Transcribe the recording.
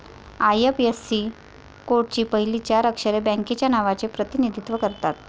IFSC कोडची पहिली चार अक्षरे बँकेच्या नावाचे प्रतिनिधित्व करतात